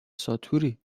ساتوری